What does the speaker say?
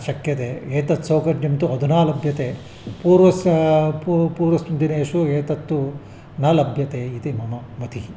शक्यते एतत् सौकर्यं तु अधुना लभ्यते पूर्वं पू पूर्वस्मिन् दिनेषु एतत्तु न लभ्यते इति मम मतिः